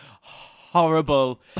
horrible